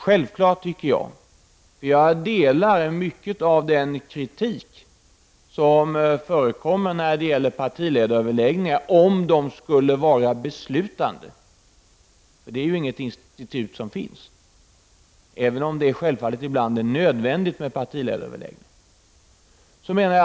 Jag delar mycket av den kritik som förekommer när det gäller partiledaröverläggningar, om de skulle vara beslutande. Men något sådant institut finns inte, även om det självfallet ibland är nödvändigt med partiledaröverläggningar.